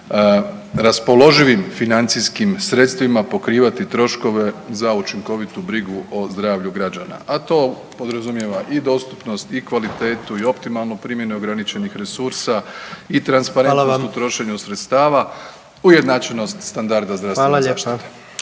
raspoloživim financijskim sredstvima pokrivati troškove za učinkovitu brigu o zdravlju građana. A to podrazumijeva i dostupnost i kvalitetu i optimalno primjenu ograničenih resursa i transparentnost u trošenju …/Upadica: Hvala vam./… sredstava, ujednačenost standarda zdravstvene